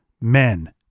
men